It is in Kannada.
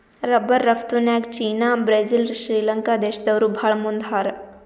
ರಬ್ಬರ್ ರಫ್ತುನ್ಯಾಗ್ ಚೀನಾ ಬ್ರೆಜಿಲ್ ಶ್ರೀಲಂಕಾ ದೇಶ್ದವ್ರು ಭಾಳ್ ಮುಂದ್ ಹಾರ